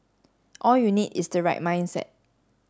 all you need is the right mindset